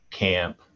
camp